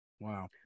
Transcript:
Wow